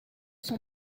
son